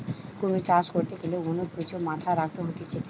কুমির চাষ করতে গ্যালে অনেক কিছু মাথায় রাখতে হতিছে